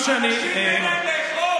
אנשים, אין להם לאכול.